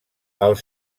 els